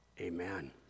amen